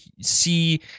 see